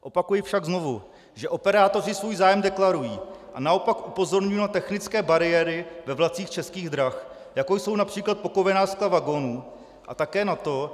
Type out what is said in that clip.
Opakuji však znovu, že operátoři svůj zájem deklarují, a naopak upozorňuji na technické bariéry ve vlacích Českých drah, jako jsou například pokovená skla vagonů a také na to